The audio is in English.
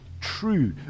true